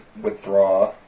withdraw